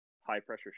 high-pressure